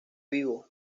vivo